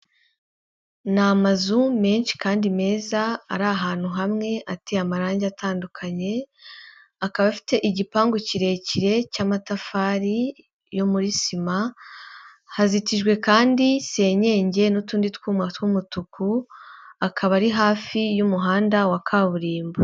Ni amazu menshi kandi meza ari ahantu hamwe ateye amarangi atandukanye, akaba afite igipangu kirekire cy'amatafari yo muri sima, hazitijwe kandi senyenge n'utundi twuma tw'umutuku akaba ari hafi y'umuhanda wa kaburimbo.